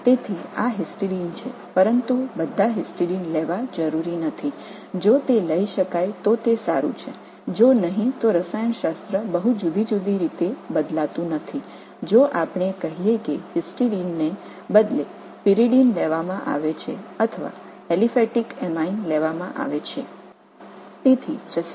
எனவே இவை ஹிஸ்டிடின் ஆனால் எல்லா ஹிஸ்டிடின்களையும் எடுத்துக்கொள்வது அவசியமில்லை அதை எடுக்க முடிந்தால் அது நல்லது இல்லையெனில் ஹிஸ்டைடின் பதிலாக பைரிடின் அல்லது ஒரு அலிபாடிக் அமீன் எடுத்தாலும் வேதியியல் பெரிதும் மாறுபடாது